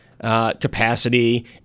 capacity